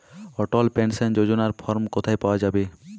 অটল pension যোজনার form কোথায় পাওয়া যাবে?